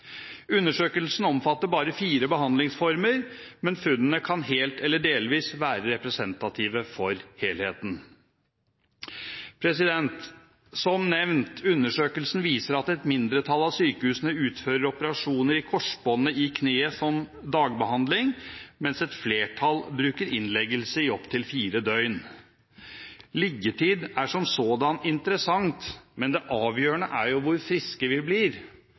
Undersøkelsen omfatter bare fire behandlingsformer, men funnene kan helt eller delvis være representative for helheten. Som nevnt, undersøkelsen viser at et mindretall av sykehusene utfører operasjoner i korsbåndet i kneet som dagbehandling, mens et flertall bruker innleggelse i opptil fire døgn. Liggetid er som sådan interessant, men det avgjørende er hvor friske vi blir.